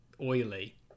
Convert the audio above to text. oily